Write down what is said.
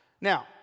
Now